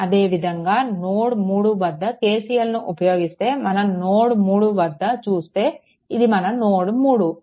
అదే విధంగా నోడ్3 వద్ద KCLను ఉపయోగిస్తే మనం నోడ్3 వద్ద చూస్తే ఇది మన నోడ్3